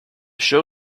show